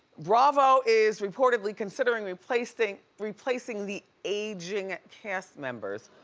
bravo is reportedly considering replacing replacing the aging cast members.